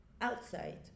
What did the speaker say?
outside